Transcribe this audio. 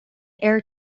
air